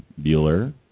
Bueller